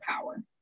power